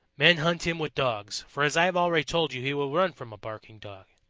men hunt him with dogs, for as i have already told you he will run from a barking dog.